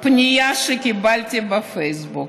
פנייה שקיבלתי בפייסבוק.